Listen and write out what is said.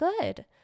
good